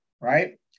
right